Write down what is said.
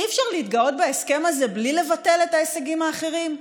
אי-אפשר להתגאות בהסכם הזה בלי לבטל את ההישגים האחרים,